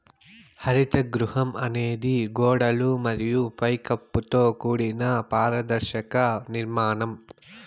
హరిత గృహం అనేది గోడలు మరియు పై కప్పుతో కూడిన పారదర్శక నిర్మాణం